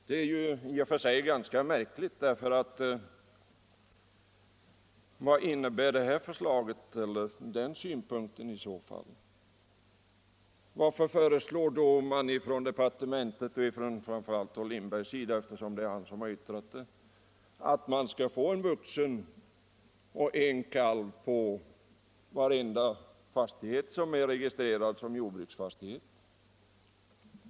Det är ett ganska-märkligt uttalande när samtidigt departementet och framför allt herr Lindberg säger att en vuxen älg och en kalv skall få fällas av varje ägare till fastighet som är registrerad som jordbruksfastighet.